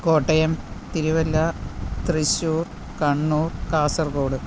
Kottayam Thiruvalla Thrissur Kannur Kasaragod